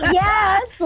yes